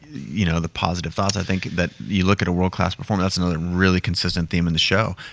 you know the positive thoughts, i think that you look at a world-class performer, that's another really consistent theme in the show,